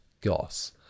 goss